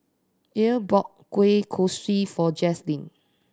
Ethyl bought kueh kosui for Jazlyn